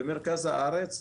במרכז הארץ,